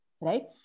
Right